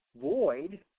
void